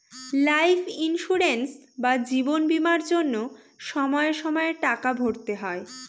life insurance বা জীবন বীমার জন্য সময়ে সময়ে টাকা ভরতে হয়